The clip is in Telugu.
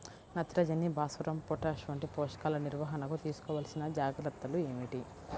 నత్రజని, భాస్వరం, పొటాష్ వంటి పోషకాల నిర్వహణకు తీసుకోవలసిన జాగ్రత్తలు ఏమిటీ?